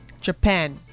Japan